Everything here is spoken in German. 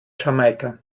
jamaika